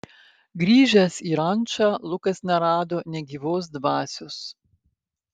grįžęs į rančą lukas nerado nė gyvos dvasios